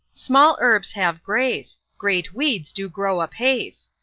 small herbs have grace great weeds do grow apace.